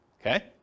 Okay